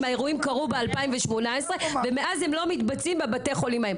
האירועים קרו ב-2018 ומאז הם לא מתבצעים בבתי החולים,